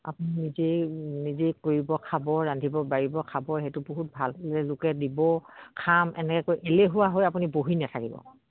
আপুনি নিজে নিজেই কৰিব খাব ৰান্ধিব বাঢ়িব খাব সেইটো বহুত ভাল লোকে দিব খাম এনেকৈ এলেহুৱা হৈ আপুনি বহি নেথাকিব